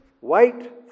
white